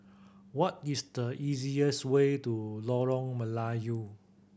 what is the easiest way to Lorong Melayu